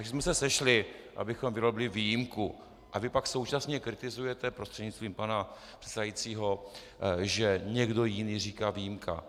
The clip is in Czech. Takže jsme se sešli, abychom vyrobili výjimku, a vy pak současně kritizujete, prostřednictvím pana předsedajícího, že někdo jiný říká výjimka.